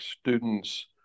students